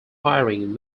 firing